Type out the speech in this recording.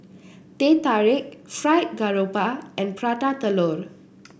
Teh Tarik Fried Garoupa and Prata Telur